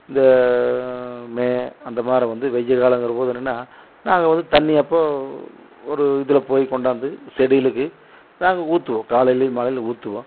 இந்த மே அந்த மாரி வந்து வெய்யல் காலங்கிறபோது என்னென்னால் நாங்கள் வந்து தண்ணி அப்போது ஒரு இதில் போய் கொண்டாந்து செடிகளுக்கு நாங்கள் ஊற்றுவோம் காலைலேயும் மாலைலேயும் ஊற்றுவோம்